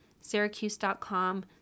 syracuse.com